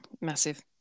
Massive